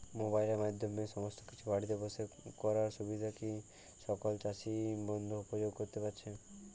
মোবাইলের মাধ্যমে সমস্ত কিছু বাড়িতে বসে করার সুবিধা কি সকল চাষী বন্ধু উপভোগ করতে পারছে?